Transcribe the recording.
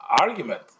argument